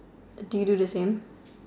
do you do the same